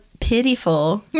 pitiful